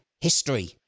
history